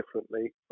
differently